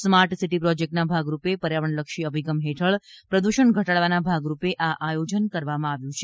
smart city પ્રોજેક્ટના ભાગરૂપે પર્યાવરણલક્ષી અભિગમ હેઠળ પ્રદૃષણ ધટાડવના ભાગરૂપે આ આયોજન કરવામાં આવ્યું છે